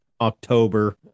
October